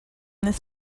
this